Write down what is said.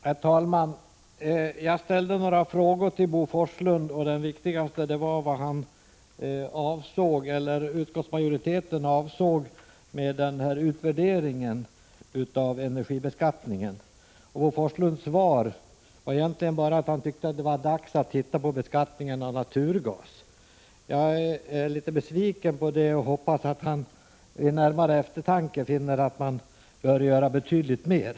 Herr talman! Jag ställde några frågor till Bo Forslund. Den viktigaste var vad utskottsmajoriteten avsåg med utvärderingen av energibeskattningen. Bo Forslunds svar var egentligen bara att man tycker att det är dags att titta på beskattningen av naturgas. Jag är litet besviken på det svaret och hoppas att han vid närmare eftertanke finner att man bör göra betydligt mer.